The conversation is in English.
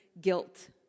guilt